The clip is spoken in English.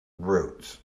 routes